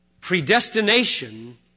Predestination